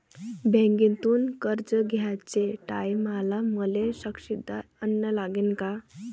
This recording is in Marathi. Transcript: बँकेतून कर्ज घ्याचे टायमाले मले साक्षीदार अन लागन का?